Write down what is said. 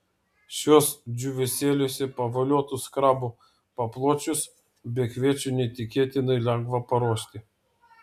šiuos džiūvėsėliuose pavoliotus krabų papločius be kviečių neįtikėtinai lengva paruošti